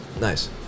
Nice